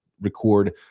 record